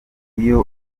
iyo